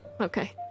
Okay